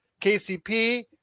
KCP –